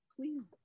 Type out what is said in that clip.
please